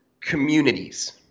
communities